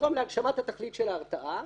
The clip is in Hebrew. תתרום להגשמת התכלית של ההרתעה.